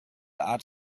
art